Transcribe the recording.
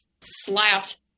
slapped